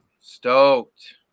Stoked